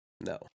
No